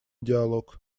диалог